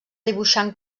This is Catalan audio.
dibuixant